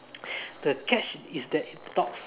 the catch is that it talks